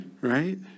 Right